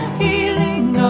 healing